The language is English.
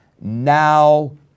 now